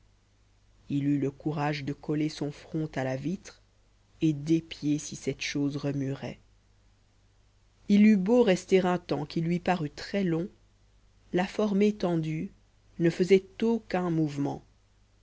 il eut le courage de coller son front à la vitre et d'épier si cette chose remuerait il eut beau rester un temps qui lui parut très long la forme étendue ne faisait aucun mouvement